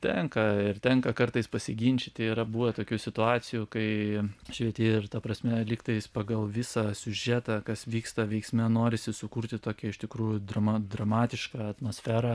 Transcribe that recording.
tenka ir tenka kartais pasiginčyti yra buvę tokių situacijų kai švieti ir ta prasme lygtais pagal visą siužetą kas vyksta veiksme norisi sukurti tokią iš tikrųjų drama dramatišką atmosferą